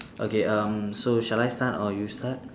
okay um so shall I start or you start